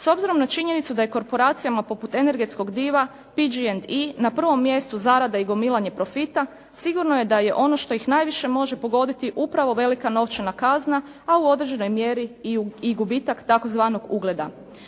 S obzirom na činjenicu da je korporacijama poput energetskog diva PG&E na prvom mjestu zarada i gomilanje profita, sigurno je da je ono što ih najviše može pogoditi upravo velika novčana kazna, a u određenoj mjeri i gubitak tzv. ugleda.